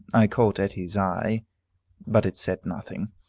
i caught etty's eye but it said nothing.